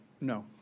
no